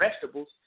vegetables